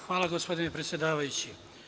Hvala gospodine predsedavajući.